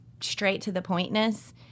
straight-to-the-pointness